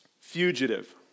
Fugitive